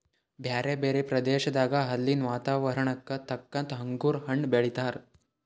ಬ್ಯಾರೆ ಬ್ಯಾರೆ ಪ್ರದೇಶದಾಗ ಅಲ್ಲಿನ್ ವಾತಾವರಣಕ್ಕ ತಕ್ಕಂಗ್ ಅಂಗುರ್ ಹಣ್ಣ್ ಬೆಳೀತಾರ್